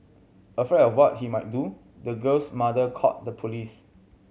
afraid of what he might do the girl's mother called the police